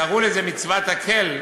קראו לזה "מצוות הקהֵל",